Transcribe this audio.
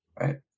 right